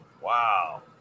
Wow